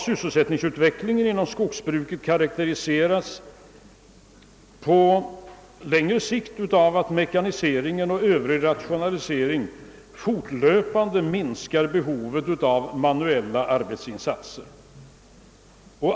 Sysselsättningsutvecklingen inom skogsbruket karakteriseras på längre sikt av att mekanisering och övrig rationalisering fortlöpande minskar behovet av manuella arbetsinsatser.